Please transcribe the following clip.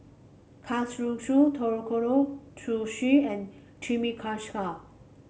Kalguksu Ootoro Sushi and Chimichangas